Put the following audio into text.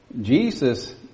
Jesus